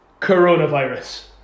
Coronavirus